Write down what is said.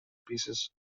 pieces